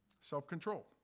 Self-control